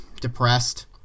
depressed